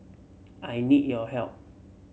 I need your help